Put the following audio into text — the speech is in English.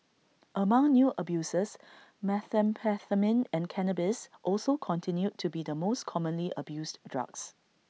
among new abusers methamphetamine and cannabis also continued to be the most commonly abused drugs